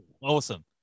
Awesome